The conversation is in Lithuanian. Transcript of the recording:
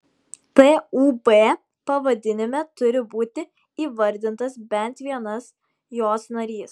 tūb pavadinime turi būti įvardintas bent vienas jos narys